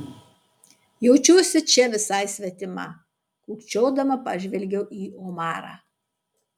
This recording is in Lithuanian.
jaučiuosi čia visai svetima kukčiodama pažvelgiau į omarą